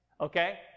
Okay